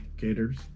gators